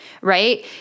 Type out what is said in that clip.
right